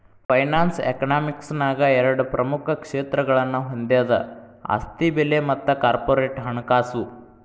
finance economics ನ್ಯಾಗ ಎರಡ ಪ್ರಮುಖ ಕ್ಷೇತ್ರಗಳನ್ನ ಹೊಂದೆದ ಆಸ್ತಿ ಬೆಲೆ ಮತ್ತ ಕಾರ್ಪೊರೇಟ್ ಹಣಕಾಸು